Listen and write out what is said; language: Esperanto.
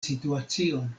situacion